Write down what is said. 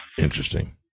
Interesting